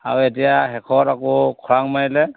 আৰু এতিয়া শেষত আকৌ খৰাং মাৰিলে